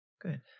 Good